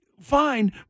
fine